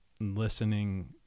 listening